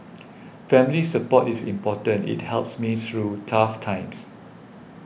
family support is important it helps me through tough times